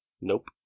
Nope